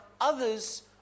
others